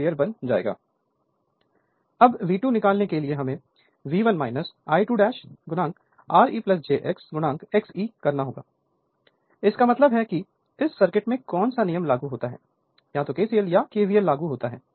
Refer Slide Time 0427 अब V2 निकालने के लिए हमें V1 I2 Re j X j Xe इसका मतलब है कि इस सर्किट में कौन सी कॉल लागू होती है तो यहां k या KVL लागू होती है